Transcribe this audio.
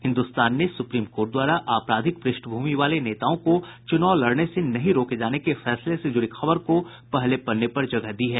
हिन्दुस्तान ने supreme court द्वारा आपराधिक पृष्ठभूमि वाले नेताओं को चुनाव लड़ने से नहीं रोके जाने के फैसले से जुड़ी खबर को पहले पन्ने पर जगह दी है